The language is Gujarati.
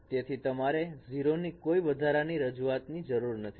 તેથી તમારે 0 ની કોઈ વધારાની રજૂઆત ની જરૂર નથી